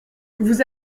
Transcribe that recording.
vous